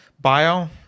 bio